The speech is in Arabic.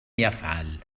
يفعل